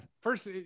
first